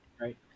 Right